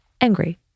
angry